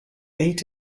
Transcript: ate